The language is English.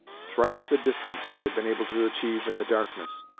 thrice the distance she had been able to achieve in the darkness,